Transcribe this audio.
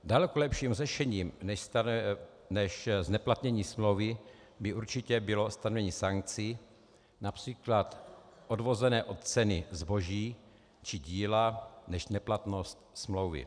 Daleko lepším řešením než zneplatnění smlouvy by určitě bylo stanovení sankcí například odvozené od ceny zboží či díla než neplatnost smlouvy.